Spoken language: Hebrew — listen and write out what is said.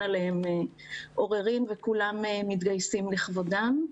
עליהם עוררין וכולם מתגייסים לכבודם.